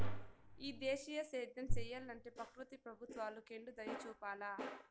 ఈ దేశీయ సేద్యం సెయ్యలంటే ప్రకృతి ప్రభుత్వాలు కెండుదయచూపాల